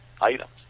items